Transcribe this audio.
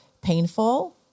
painful